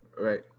Right